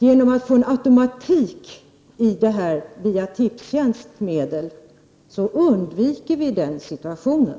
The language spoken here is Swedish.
Genom att få en automatik via Tipstjänsts medel underviker vi den situationen.